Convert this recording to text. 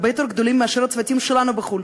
הרבה יותר גדולים מאשר הצוותים שלנו בחו"ל.